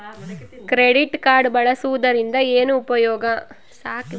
Credit card ಬಳಸುವದರಿಂದ ಏನು ಉಪಯೋಗ?